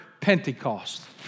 Pentecost